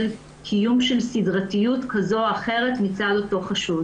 קיום של סדרתיות כזו או אחרת מצד אותו חשוד.